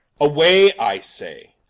away i say,